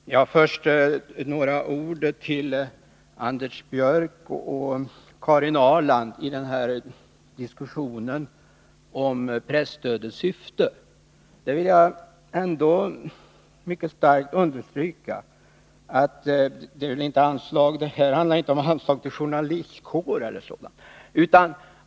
Herr talman! Först några ord till Anders Björck och Karin Ahrland med anledning av diskussionen om presstödets syfte. Jag vill mycket starkt understryka att det här inte handlar om något anslag till journalistkåren.